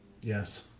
yes